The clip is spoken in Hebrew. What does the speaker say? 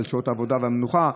על שעות העבודה והמנוחה.